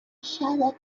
shouted